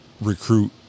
recruit